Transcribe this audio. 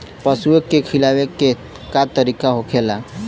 पशुओं के खिलावे के का तरीका होखेला?